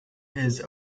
his